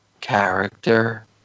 character